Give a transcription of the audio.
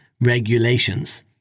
regulations